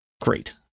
great